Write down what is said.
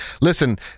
Listen